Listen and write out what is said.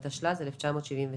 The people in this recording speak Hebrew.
התשל"ז-1977.